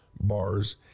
bars